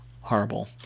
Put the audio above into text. Horrible